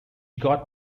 got